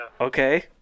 Okay